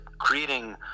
creating